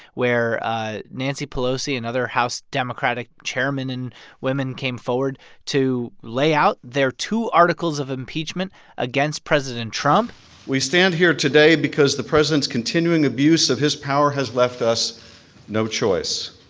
where nancy pelosi and other house democratic chairmen and women came forward to lay out their two articles of impeachment against president trump we stand here today because the president's continuing abuse of his power has left us no choice.